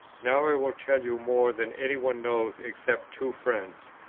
now i will tell you more than any one knows except two friends.